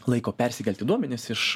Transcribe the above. laiko persikelti duomenis iš